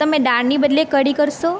તમે દાળની બદલે કઢી કરશો